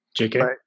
JK